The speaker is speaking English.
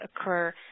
occur